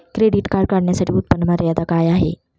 Credit card काढण्यासाठी उत्पन्न मर्यादा काय आहे?